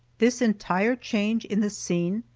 this entire change in the scene,